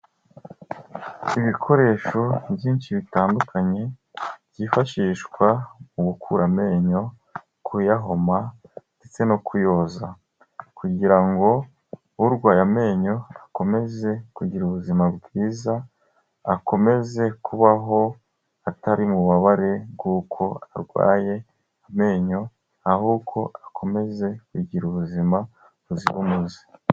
Ibikoresho byinshi bitandukanye byifashishwa mu gukura amenyo, kuyahoma ndetse no kuyoza kugira ngo urwaye amenyo akomeze kugira ubuzima bwiza, akomeze kubaho atari mu bubabare bw'uko arwaye amenyo ahubwo akomeze kugira ubuzima buzira umuze.